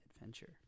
Adventure